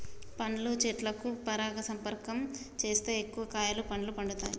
పండ్ల చెట్లకు పరపరాగ సంపర్కం చేస్తే ఎక్కువ కాయలు పండ్లు పండుతాయట